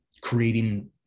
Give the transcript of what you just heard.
creating